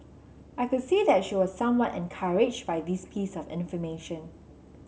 I could see that she was somewhat encouraged by this piece of